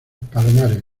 palomares